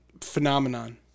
phenomenon